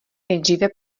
nejdříve